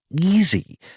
easy